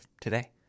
today